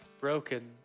broken